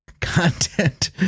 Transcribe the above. content